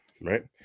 right